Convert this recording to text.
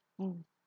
mm